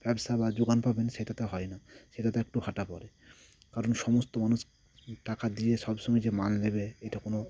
ব্যবসা বা যোগান পাবেন সেটা তো হয় না সেটাতে একটু হাঁটা পড়ে কারণ সমস্ত মানুষ টাকা দিয়ে সবসময় যে মাল নেবে এটা কোনো